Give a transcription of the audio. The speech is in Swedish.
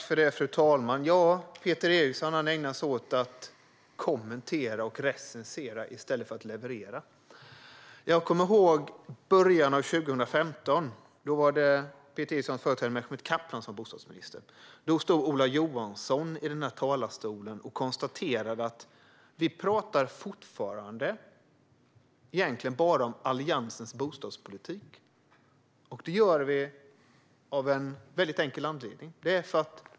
Fru talman! Peter Eriksson ägnar sig åt att kommentera och recensera i stället för att leverera. Jag kommer ihåg början av 2015, då Peter Erikssons företrädare Mehmet Kaplan var bostadsminister. Då stod Ola Johansson i den här talarstolen och konstaterade att vi fortfarande pratade om Alliansens bostadspolitik. Det gjorde vi av en enkel anledning.